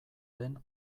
den